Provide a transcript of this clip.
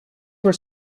were